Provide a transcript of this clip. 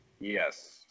Yes